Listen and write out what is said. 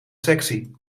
sexy